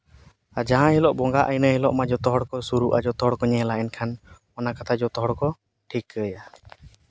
ᱟᱨ ᱡᱟᱦᱟᱸ ᱦᱤᱞᱳ ᱵᱚᱸᱜᱟᱜ ᱤᱱᱟᱹ ᱦᱤᱞᱼᱢᱟ ᱡᱚᱛᱚ ᱦᱚᱲ ᱠᱚ ᱥᱩᱨᱩᱜᱼᱟ ᱡᱚᱛᱚ ᱦᱚᱲ ᱠᱚ ᱧᱮᱞᱟ ᱮᱱᱠᱷᱟᱱ ᱚᱱᱟ ᱠᱟᱛᱷᱟ ᱡᱚᱛᱚ ᱦᱚᱲ ᱠᱚ ᱴᱷᱤᱠᱟᱹᱭᱟ